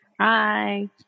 hi